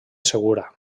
segura